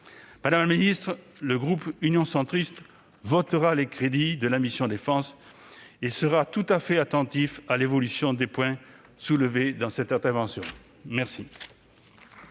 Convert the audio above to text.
Madame la ministre, le groupe UC votera les crédits de la mission « Défense » et sera tout à fait attentif à l'évolution des points soulevés dans cette intervention. La